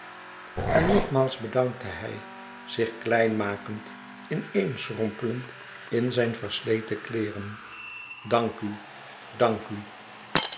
en nogmaals bedankte hij zich klein makend ineenschrompelend in zijn versleten kleêren dank u dank u